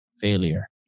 failure